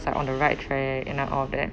start on the right track and I'm all there